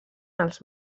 els